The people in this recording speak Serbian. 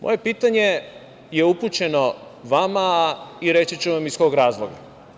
Moje pitanje je upućeno vama i reći ću iz kog razloga.